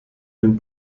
den